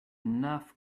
enough